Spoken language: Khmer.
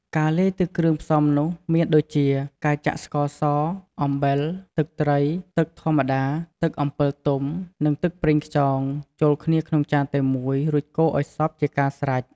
ការលាយទឹកគ្រឿងផ្សំនោះ មានដូចជា ការចាក់ស្ករស អំបិល ទឹកត្រី ទឹកធម្មតា ទឹកអំពិលទុំ និងទឹកប្រេងខ្យង ចូលគ្នាក្នុងចានតែមួយ រួចកូរឲ្យសព្វជាការស្រេច។